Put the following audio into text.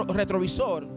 retrovisor